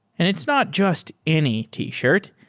and it's not just any t-shirt,